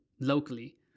locally